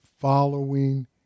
Following